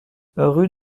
rue